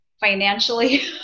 financially